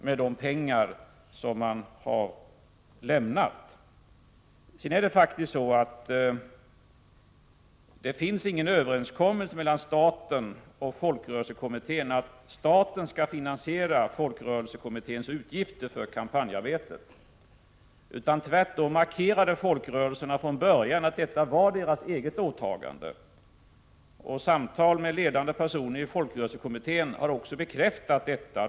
Vidare föreligger det faktiskt inte någon överenskommelse mellan staten och folkrörelsekommittén om att staten skall finansiera folkrörelsekommitténs utgifter för kampanjarbetet. Tvärtom markerade folkrörelserna från början att detta var deras eget åtagande. Samtal med ledande personer inom folkrörelsekommittén har också bekräftat detta.